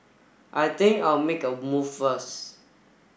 I think I'll make a move first